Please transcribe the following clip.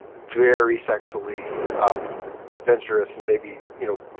very sexually um adventurous and maybe, you know,